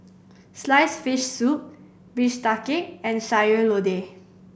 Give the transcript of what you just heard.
sliced fish soup bistake and Sayur Lodeh